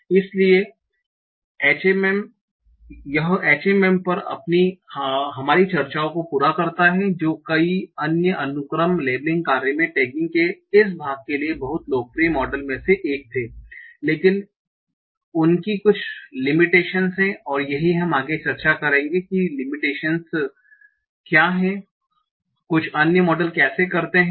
इसलिए यह HMM पर हमारी चर्चाओं को पूरा करता है जो कई अन्य अनुक्रम लेबलिंग कार्य में टैगिंग के इस भाग के लिए बहुत लोकप्रिय मॉडल में से एक थे लेकिन उनकी कुछ लिमिटेशन्स हैं और यही हम आगे चर्चा करेंगे कि ये लिमिटेशन्स क्या हैं और कुछ अन्य मॉडल कैसे करते हैं